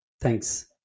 Thanks